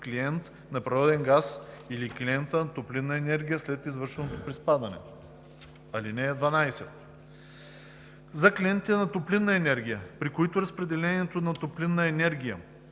клиент на природен газ или клиента на топлинна енергия след извършеното приспадане. (12) За клиенти на топлинна енергия, при които разпределението на топлинна енергия